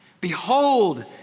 Behold